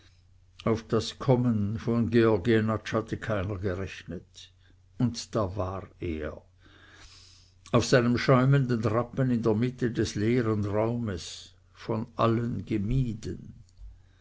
auf das kommen von georg jenatsch hatte keiner gerechnet und da war er auf seinem schäumenden rappen in der mitte des leeren raumes von allen gemieden